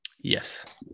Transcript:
Yes